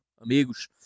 amigos